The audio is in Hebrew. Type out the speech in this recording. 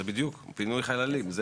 זה בדיוק פינוי חללים.